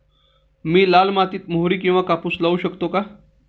मी लाल मातीत मोहरी किंवा कापूस लावू शकतो का?